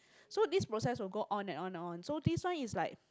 so these process will go on and on and on so this one is like